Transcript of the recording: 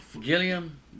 Gilliam